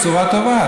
בשורה טובה.